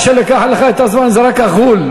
מה שלקח לך את הזמן זה רק ה"ע'ול",